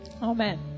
Amen